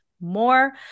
more